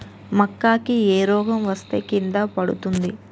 మక్కా కి ఏ రోగం వస్తే కింద పడుతుంది?